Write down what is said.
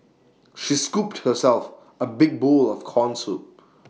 she scooped herself A big bowl of Corn Soup